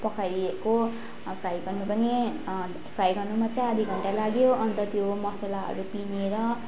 पकाएको फ्राई गर्नु पनि फ्राई गर्नु मात्र आधा घन्टा लाग्यो अन्त त्यो मसलाहरू पिँधेर